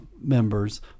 members